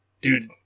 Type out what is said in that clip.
dude